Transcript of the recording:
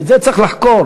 ואת זה צריך לחקור.